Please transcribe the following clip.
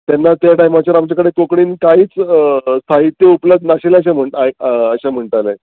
तेन्ना त्या टायमाचेर आमचे कडेन कोंकणीन कांयच साहित्य उपलब्ध नाशिल्लें अशें म्हण अशें म्हणटालें